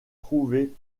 trouvée